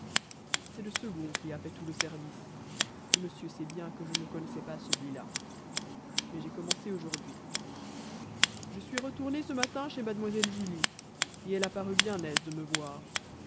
c'est le second qui a fait tout le service monsieur sait bien que je ne connaissais pas celui-là mais j'ai commencé aujourd'hui je suis retourné ce matin chez mlle julie elle a paru bien aise de me voir